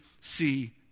see